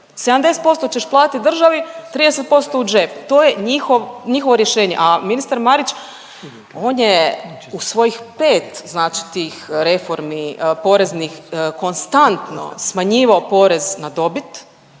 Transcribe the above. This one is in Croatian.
70% ćeš platiti državi, 30% u džep. To je njihov, njihovo rješenje, a ministar Marić on je u svojih 5 znači tih reformi poreznih konstantno smanjivao porez na dobit,